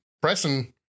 pressing